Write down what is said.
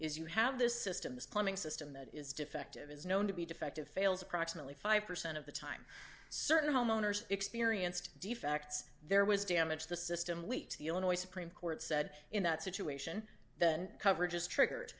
is you have this system this plumbing system that is defective is known to be defective fails approximately five percent of the time certain homeowners experienced defects there was damage the system leaks the illinois supreme court said in that situation the coverage is triggered